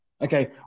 Okay